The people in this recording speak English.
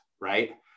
right